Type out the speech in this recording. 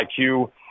IQ